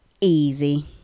Easy